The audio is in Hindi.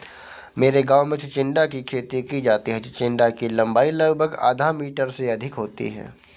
मेरे गांव में चिचिण्डा की खेती की जाती है चिचिण्डा की लंबाई लगभग आधा मीटर से अधिक होती है